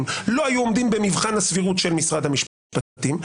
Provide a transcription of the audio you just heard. לא היו עומדים במבחן הסבירות של משרד המשפטים,